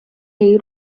jej